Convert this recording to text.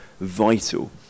vital